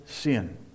sin